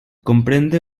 comprende